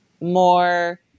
more